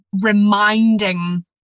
reminding